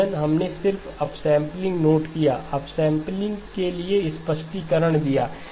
हमने सिर्फ upsampling note किया अपसैंपलिंग के लिए स्पष्टीकरण दिया